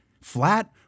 flat